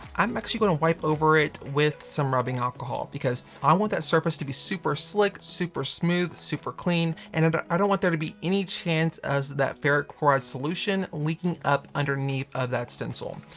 i'm actually going to wipe over it with some rubbing alcohol because i want that surface to be super slick, super smooth, super clean, and and i don't want there to be any chance of that ferric chloride solution leaking up underneath of that stencil.